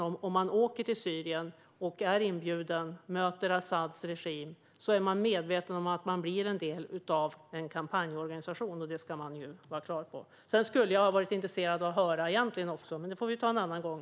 Om man åker till Syrien och är inbjuden och möter Asads regim är man medveten om att man blir en del av en kampanjorganisation. Detta ska vi vara klara över. Jag hade egentligen också varit intresserad av att höra vad ni tycker om Orbániseringen, men det får vi ta en annan gång.